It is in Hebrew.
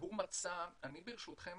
והוא מצא אני ברשותכם